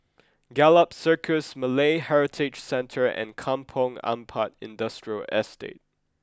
Gallop Circus Malay Heritage Centre and Kampong Ampat Industrial Estate